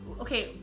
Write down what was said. Okay